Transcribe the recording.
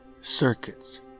circuits